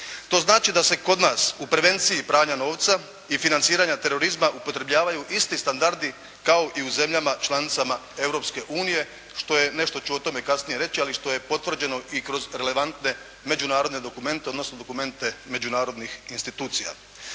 To znači da se kod nas u prevenciji pranja novca i financiranja terorizma upotrebljavaju isti standardi kao i u zemljama članicama Europske unije što je nešto ću o tome kasnije reći, ali što je potvrđeno i kroz relevantne međunarodne dokumente, odnosno dokumente međunarodnih institucija.